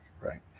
right